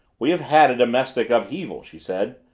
we have had a domestic upheaval, she said.